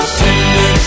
tender